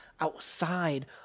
outside